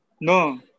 No